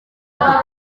aka